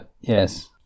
Yes